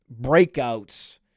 breakouts